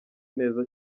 neza